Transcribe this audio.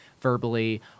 verbally